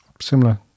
similar